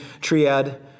triad